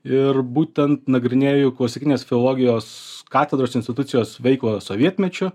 ir būtent nagrinėju klasikinės filologijos katedros institucijos veiklą sovietmečiu